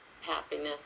happiness